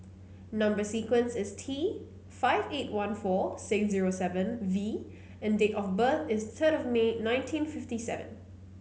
number sequence is T five eight one four six zero seven V and date of birth is third of May nineteen fifty seven